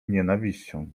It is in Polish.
nienawiścią